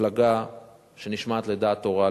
מפלגה שנשמעת לדעת תורה,